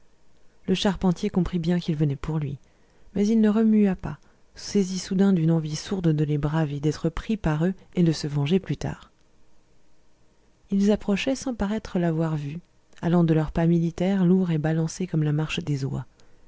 le charpentier comprit bien qu'ils venaient pour lui mais il ne remua pas saisi soudain d'une envie sourde de les braver d'être pris par eux et de se venger plus tard ils approchaient sans paraître l'avoir vu allant de leur pas militaire lourd et balancé comme la marche des oies